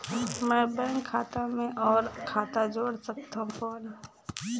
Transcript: मैं बैंक खाता मे और खाता जोड़ सकथव कौन?